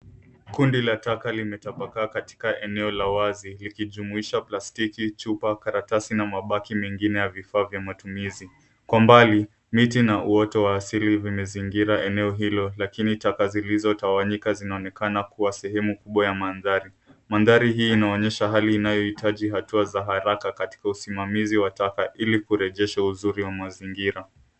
Kundi la taka limetapakaa katika eneo la wazi, likijumuisha plastiki, chupa, karatasi na mabaki mengine ya vifaa vya matumizi. Kwa umbali, miti na mioto ya asili imezingira eneo hili, lakini taka zilizotawanyika zinaonekana kuwa sehemu kubwa ya mandhari. Mandhari haya yanaonyesha hali inayohitaji hatua za haraka katika usimamizi wa taka ili kurejesha uzuri wa mazingira.